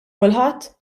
kulħadd